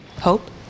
Hope